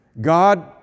God